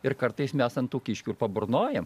ir kartais mes ant tų kiškių ir paburnojam